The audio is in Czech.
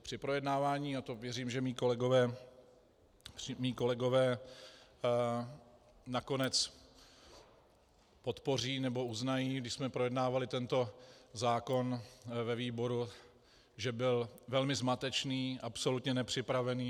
Při projednávání a to věřím, že mí kolegové nakonec podpoří nebo uznají když jsme projednávali tento zákon ve výboru, že byl velmi zmatečný, absolutně nepřipravený.